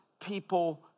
people